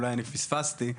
אולי פספסתי.